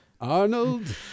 Arnold